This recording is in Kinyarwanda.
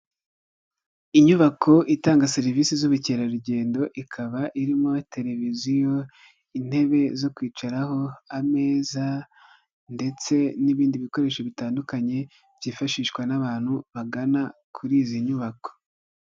Inyubako itanga serivisi z'ubukerarugendo, ikaba irimo televiziyo, intebe zo kwicaraho, ameza ndetse n'ibindi bikoresho bitandukanye, byifashishwa n'abantu bagana kuri izi nyubako.